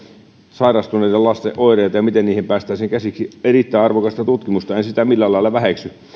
sairastuneiden lasten oireita ja sitä miten niihin päästäisiin käsiksi erittäin arvokasta tutkimusta en sitä millään lailla väheksy niin ei se